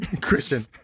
Christian